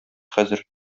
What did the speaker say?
хәзер